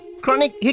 chronic